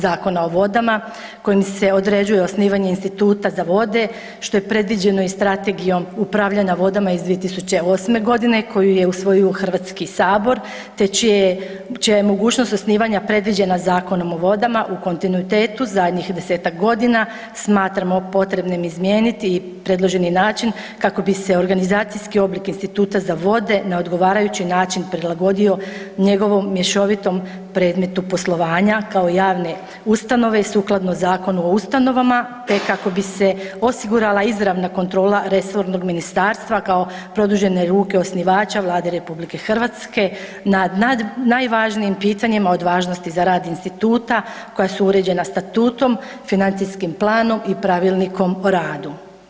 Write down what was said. Zakona o vodama kojim se određuje osnivanje instituta za vode, što je predviđeno i strategijom upravljanja vodama iz 2008.g. koju je usvojio HS, te čija je mogućnost osnivanja predviđena Zakonom o vodama u kontinuitetu zadnjih 10-tak godina smatramo potrebnim izmijeniti i predloženi način kako bi se organizacijski oblik Instituta za vode na odgovarajući način prilagodio njegovom mješovitom predmetu poslovanja kao javne ustanove i sukladno Zakonu o ustanovama, te kako bi se osigurala izravna kontrola resornog ministarstva kao produžene ruke osnivača Vlade RH na najvažnijim pitanjima od važnosti za rad instituta koja su uređena statutom, financijskim planom i Pravilnikom o radu.